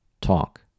talk